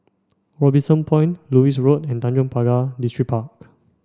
Robinson Point Lewis Road and Tanjong Pagar Distripark